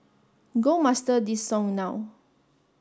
go master this song now